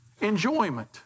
Enjoyment